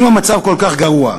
אם המצב כל כך גרוע,